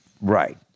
Right